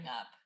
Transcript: up